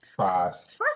First